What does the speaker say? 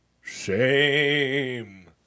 shame